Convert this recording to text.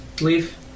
Leaf